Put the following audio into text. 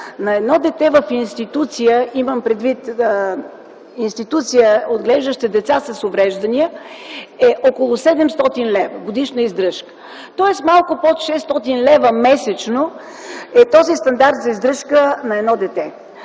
на едно дете в институция, имам предвид институция, отглеждаща деца с увреждания, е около 700 лв. годишна издръжка. Тоест малко под 600 лв. месечно е този стандарт за издръжка на едно дете.